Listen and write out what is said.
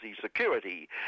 security